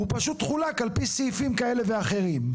הוא פשוט חולק על פי סעיפים כאלה ואחרים.